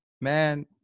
Man